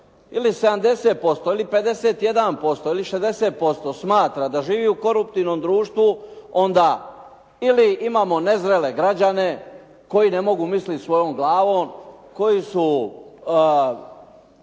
ili 70%, ili 51%, ili 60% smatra da živi u koruptivnom društvu ili onda imamo nezrele građane koji ne mogu misliti svojom glavom, koji su